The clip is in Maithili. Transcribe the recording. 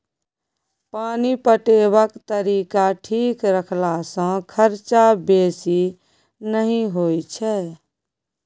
पानि पटेबाक तरीका ठीक रखला सँ खरचा बेसी नहि होई छै